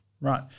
Right